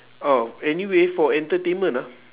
oh anyway for entertainment ah